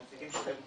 הנציגים שלהם,